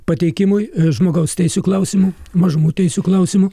pateikimui žmogaus teisių klausimu mažumų teisių klausimu